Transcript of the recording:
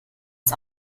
ist